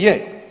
Je.